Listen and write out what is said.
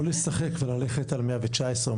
או לשחק וללכת על 119,